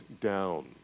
down